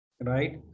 right